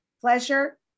pleasure